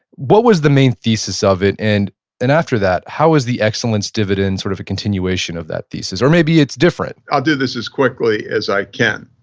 what was the main thesis of it and and after that, how was the excellence dividends sort of a continuation of that thesis. or maybe it's different i'll do this as quickly as i can.